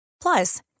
Plus